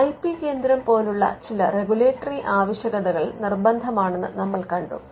I P കേന്ദ്രം പോലുള്ള ചില റെഗുലേറ്ററി ആവശ്യതകൾ നിർബന്ധമാണെന്ന് നമ്മൾ കണ്ടു